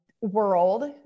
world